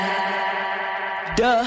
Duh